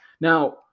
Now